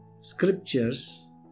scriptures